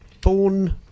born